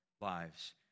lives